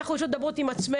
אנחנו יושבות ומדברות עם עצמנו,